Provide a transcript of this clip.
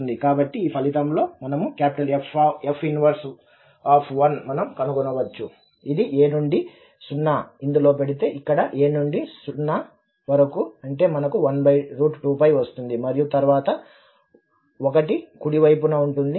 కాబట్టి ఈ ఫలితం తో మనము F 1 మనం కనుగొనవచ్చు ఇది a నుండి 0 ఇందులో పెడితే ఇక్కడ a నుండి 0 వరకు అంటే మనకు 12 వస్తుంది మరియు తరువాత 1 కుడి వైపున ఉంటుంది